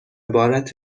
عبارت